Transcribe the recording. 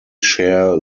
share